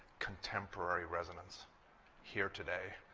contemporary resonance here today.